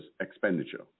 expenditure